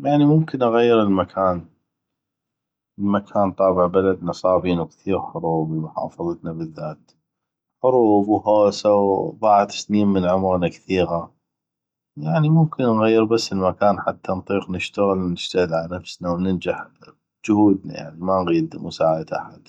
يعني ممكن اغير المكان المكان طابع بلدنا صاغ بينو كثيغ حروب ومحافظتنا بالذات حروب وهوسه وضاعت سنين من عمغنا كثيغه يعني ممكن نغير بس المكان حته نطيق نشتغل ونجتهد على نفسنا وننجح بجهودنا يعني ما نغيد مساعدة احد